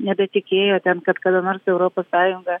nebetikėjo ten kad kada nors europos sąjunga